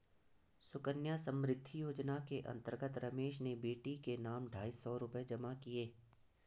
सुकन्या समृद्धि योजना के अंतर्गत रमेश ने बेटी के नाम ढाई सौ रूपए जमा किए